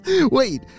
Wait